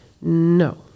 No